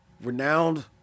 renowned